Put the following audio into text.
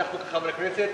כחברי כנסת,